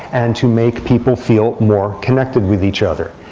and to make people feel more connected with each other.